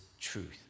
truth